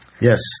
Yes